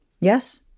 Yes